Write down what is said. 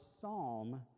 psalm